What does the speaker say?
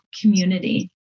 community